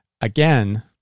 again